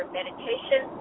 meditation